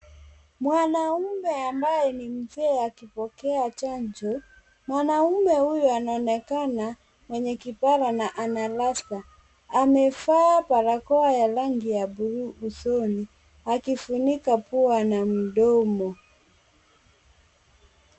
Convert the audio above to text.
Mwanaume ambaye ni mzee akipokea chanjo. Mwanaume huyu anaonekana mwenye kipara na ana rasta . Amevaa barakoa ya rangi ya buluu usoni akifunika pua na mdomo.